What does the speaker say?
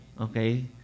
Okay